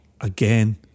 again